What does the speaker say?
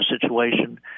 situation